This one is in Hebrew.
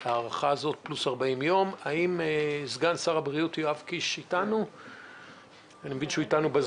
האם סגן שר הבריאות נמצא איתנו בזום?